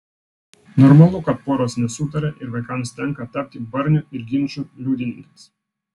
normalu kad poros nesutaria ir vaikams tenka tapti barnių ir ginčų liudininkais